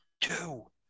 two